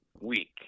week